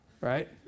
Right